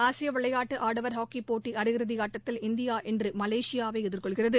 ஆசிய விளையாட்டு ஆடவர் ஹாக்கி போட்டி அரையிறுதி ஆட்டத்தில் இந்தியா இன்று மலேசியாவை எதிர்கொள்கிறது